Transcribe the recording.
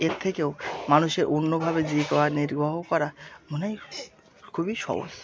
এর থেকেও মানুষের অন্যভাবে জীবিকা নির্বাহ করা মনে হয় খুবই সহজ